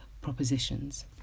propositions